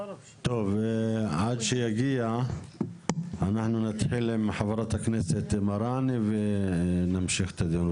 אנחנו נתחיל עם חברת הכנסת מראענה ונמשיך את הדיון.